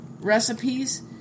recipes